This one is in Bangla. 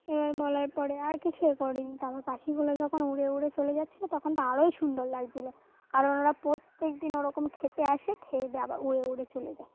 এবার বলার পরে আর কিছু এ করেনি তারপর পাখিগুলো যখন উড়ে উড়ে চলে যাচ্ছিলো তখন তো আরোই সুন্দর লাগছিলো কারণ ওরা প্রত্যেকদিন ওরকম খেতে আসে খেয়ে দে আবার উড়ে উড়ে চলে যায়